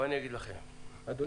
בואו אגיד לכם -- אדוני,